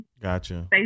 Gotcha